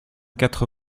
quatre